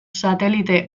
satelite